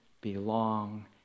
belong